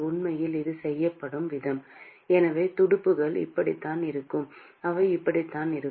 உண்மையில் அது செய்யப்படும் விதம் எனவே துடுப்புகள் இப்படித்தான் இருக்கும் அவை இப்படித்தான் இருக்கும்